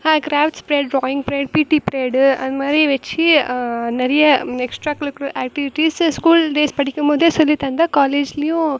crafts period drawing period PT period அதுமாதிரி வெச்சு நிறைய extra curricular activities school days படிக்கும் போதே சொல்லித் தந்தா காலேஜ்லியும்